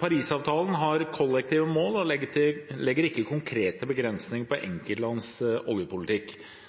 Parisavtalen har kollektive mål og legger ikke konkrete begrensninger på enkeltlands oljepolitikk.